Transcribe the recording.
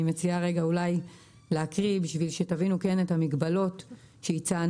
אני מציעה רגע אולי להקריא בשביל שתבינו כן את המגבלות שהצענו.